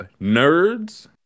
nerds